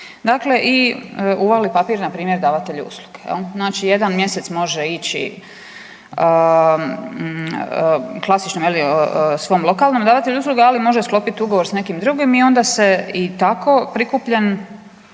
dakle i uvali papir npr. davatelju usluge. Znači, jedan mjesec može ići klasičnom je li svom lokalnom davatelju usluge, ali može sklopiti ugovor s nekim drugim i onda se i tako prikupljen